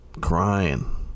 Crying